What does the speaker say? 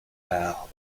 part